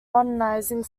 modernizing